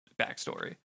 backstory